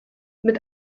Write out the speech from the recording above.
mit